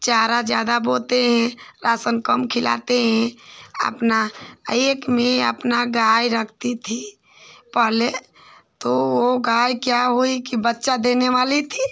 चारा ज़्यादा बोते हैं राशन कम खिलाते हैं अपना एक मैं अपना गाय रखती थी पहले तो वह गाय क्या हुई कि बच्चा देने वाली थी